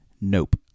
Nope